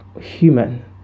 human